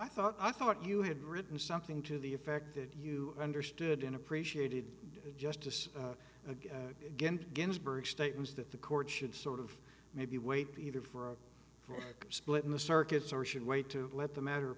i thought i thought you had written something to the effect that you understood and appreciated justice again ginsburg statements that the court should sort of maybe wait either for a split in the circuits or should wait to let the matter